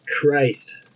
Christ